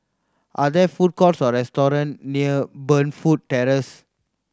are there food courts or restaurant near Burnfoot Terrace